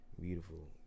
beautiful